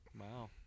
Wow